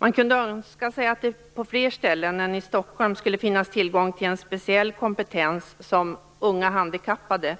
Man kunde önska sig att det på fler ställen än i Stockholm skulle finnas tillgång till en arbetsförmedling med speciell kompetens för unga handikappade.